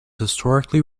historically